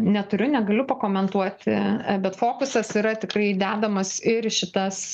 neturiu negaliu pakomentuoti bet fokusas yra tikrai dedamas ir į šitas